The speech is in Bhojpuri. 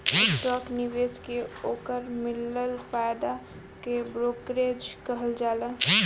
स्टाक निवेश से ओकर मिलल फायदा के ब्रोकरेज कहल जाला